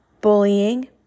bullying